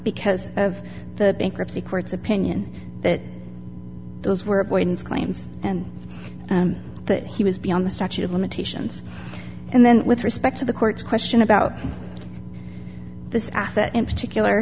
because of the bankruptcy court's opinion that those were avoidance claims and that he was beyond the statute of limitations and then with respect to the court's question about this asset in